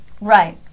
Right